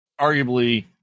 arguably